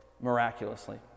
miraculously